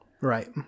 Right